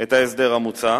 את ההסדר המוצע,